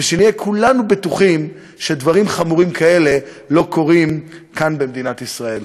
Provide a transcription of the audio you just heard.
ושנהיה כולנו בטוחים שדברים חמורים כאלה לא קורים כאן במדינת ישראל.